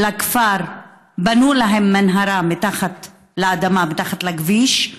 לכפר בנו להם מנהרה מתחת לאדמה, מתחת לכביש.